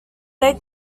they